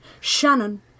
Shannon